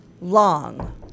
long